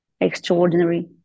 extraordinary